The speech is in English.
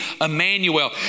Emmanuel